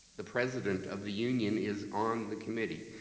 the president of the union is on the committee.